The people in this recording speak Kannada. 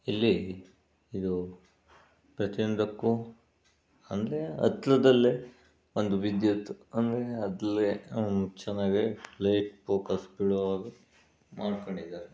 ಇಲ್ಲಿ ಇದು ಪ್ರತಿಯೊಂದಕ್ಕೂ ಅಂದರೆ ಹತ್ರದಲ್ಲೇ ಒಂದು ವಿದ್ಯುತ್ ಅಂದರೆ ಅಲ್ಲೇ ಚೆನ್ನಾಗಿ ಲೆ ಫೋಕಸ್ ಬೀಳೋ ಹಾಗೆ ಮಾಡ್ಕೊಂಡಿದ್ದಾರೆ